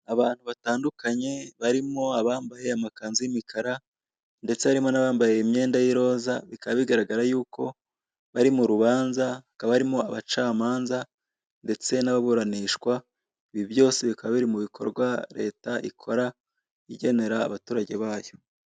Abantu batandukanye barimo abambaye amakanzu y'umukara ndetse harimo n'abambaye imyenda y'iroza bikaba bigaragara yuko bari mu rubanza hakaba harimo abacamanza ndetse n'ababuranishwa ibi byose bikaba biri mu bikorwa leta ikora igenera abaturage bayo.